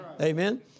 Amen